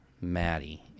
Maddie